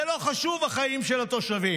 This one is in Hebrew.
זה לא חשוב, החיים של התושבים.